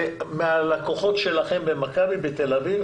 הלקוחות שלכם במכבי תל אביב,